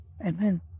Amen